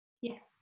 yes